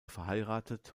verheiratet